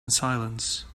silence